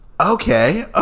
Okay